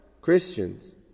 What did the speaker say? Christians